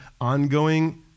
ongoing